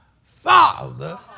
father